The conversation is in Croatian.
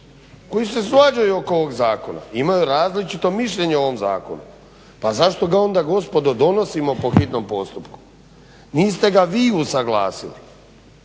koji se svađaju oko ovog zakona, imaju različito mišljenje o ovom zakonu. Pa zašto ga onda gospodo donosimo po hitnom postupku? niste ga vi usuglasili.